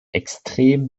extrem